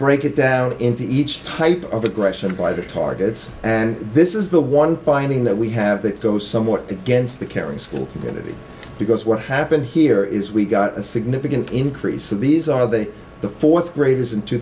break it down into each type of aggression by the targets and this is the one finding that we have that goes somewhat against the kerry school community because what happened here is we got a significant increase and these are they the fourth graders in two